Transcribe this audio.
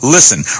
Listen